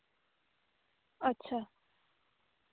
ᱟᱪᱪᱷᱟ